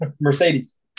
Mercedes